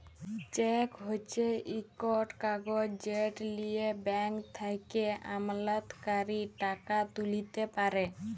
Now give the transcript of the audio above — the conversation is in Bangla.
চ্যাক হছে ইকট কাগজ যেট লিঁয়ে ব্যাংক থ্যাকে আমলাতকারী টাকা তুইলতে পারে